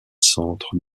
centre